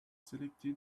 selected